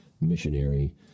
missionary